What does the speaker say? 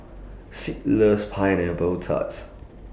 Sid loves Pineapple Tarts